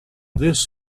this